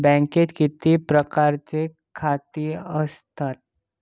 बँकेत किती प्रकारची खाती आसतात?